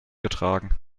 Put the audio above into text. getragen